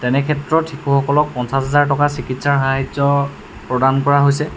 তেনে ক্ষেত্ৰত শিশুসকলক পঞ্চাছ হাজাৰ টকা চিকিৎসাৰ সাহাৰ্য প্ৰদান কৰা হৈছে